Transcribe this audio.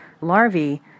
larvae